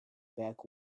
back